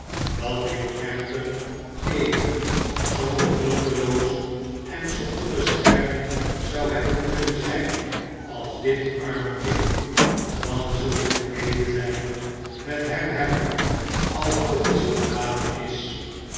dat ik echter even zoo hulpeloos en zonder bescherming zou hebben kunnen zijn als dit arme kind dan zult gij medelijden met hem hebben alvorens het te laat is